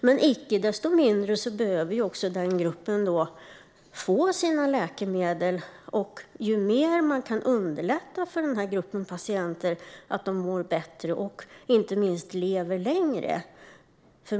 Men icke desto mindre behöver även denna grupp patienter få sina läkemedel för att må bättre och, inte minst, leva längre.